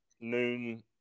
noon